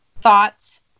thoughts